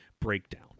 breakdown